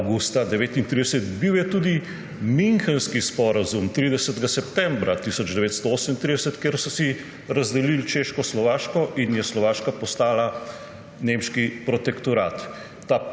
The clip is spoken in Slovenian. avgusta 1939, bil je tudi Münchenski sporazum 30. septembra 1938, kjer so si razdelili Češkoslovaško in je Slovaška postala nemški protektorat.